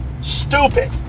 Stupid